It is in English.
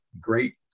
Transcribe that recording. Great